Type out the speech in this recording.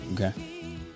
Okay